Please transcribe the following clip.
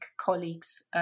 colleagues